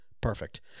perfect